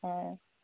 ಹಾಂ